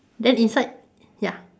then inside ya